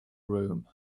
room